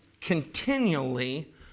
continually